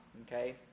okay